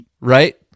Right